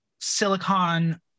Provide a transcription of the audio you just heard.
Silicon